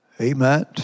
Amen